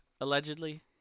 allegedly